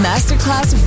Masterclass